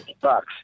bucks